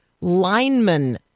Lineman